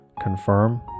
confirm